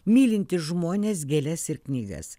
mylinti žmones gėles ir knygas